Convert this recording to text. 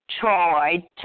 Troy